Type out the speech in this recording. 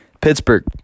Pittsburgh